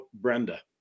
Brenda